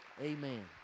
Amen